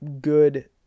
good